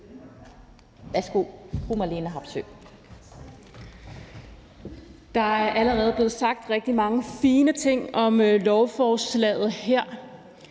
Der er allerede blevet sagt rigtig mange fine ting om lovforslaget her.